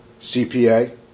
CPA